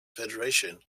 federation